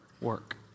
Work